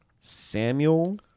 Samuel